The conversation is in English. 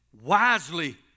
wisely